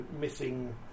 missing